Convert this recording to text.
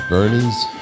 Bernie's